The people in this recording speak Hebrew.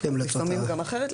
לפעמים גם אחרת,